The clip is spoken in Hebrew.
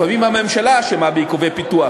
לפעמים הממשלה אשמה בעיכובי פיתוח.